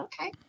okay